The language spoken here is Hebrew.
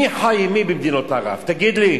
מי חי עם מי במדינות ערב, תגיד לי?